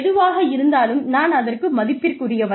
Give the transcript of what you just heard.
எதுவாக இருந்தாலும் நான் அதற்கு மதிப்புக்குரியவன்